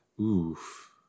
Oof